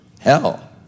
hell